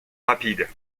rapides